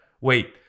Wait